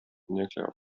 nuclear